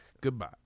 Goodbye